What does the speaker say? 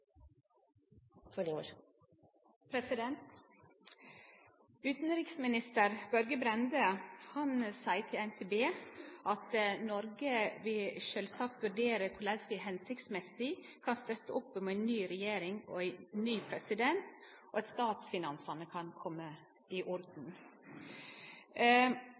Utanriksminister Børge Brende seier til NTB at Noreg sjølvsagt vil vurdere korleis vi hensiktsmessig kan støtte opp om ei ny regjering og ein ny president, slik at statsfinansane kan kome i